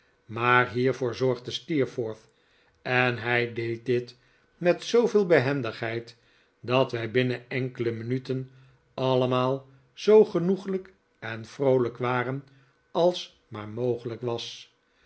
zijn maarhiervoor zorgde steerforth en hij deed dit met zooveel behendigheid dat wij binnen enkele minuten allemaal zoo genoeglijk en vroolijk waren als maar mogelijk was